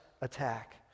attack